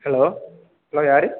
hello hello யாரு